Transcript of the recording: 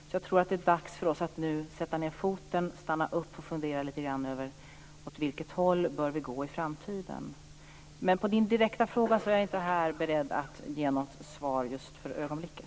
Därför tror jag att det nu är dags för oss att sätta ned foten, stanna upp och fundera lite grann över åt vilket håll vi bör gå i framtiden. Men på Maria Larssons direkta fråga är jag inte beredd att ge något svar just för ögonblicket.